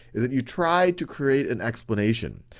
is that you try to create an explanation,